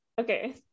okay